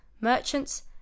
merchants